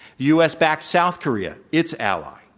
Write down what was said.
u. s. backs south korea, its ally.